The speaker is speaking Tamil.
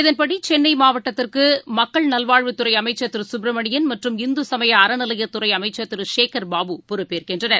இதன்படிசென்னைமாவட்டத்திற்குமக்கள் நல்வாழ்வுத்துறைஅமைச்சர் திருசுப்பிரமணியன் மற்றும் இந்துசமயஅறநிலையத்துறைஅமைச்சர் திருசேகர் பாபு பொறுப்பேற்கின்றனர்